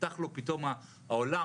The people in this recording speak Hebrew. נפתח לו פתאום העולם,